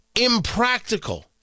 impractical